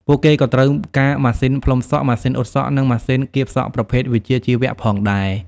ពួកគេក៏ត្រូវការម៉ាស៊ីនផ្លុំសក់ ម៉ាស៊ីនអ៊ុតសក់ និងម៉ាស៊ីនគៀបសក់ប្រភេទវិជ្ជាជីវៈផងដែរ។